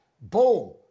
boom